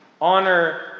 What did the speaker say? honor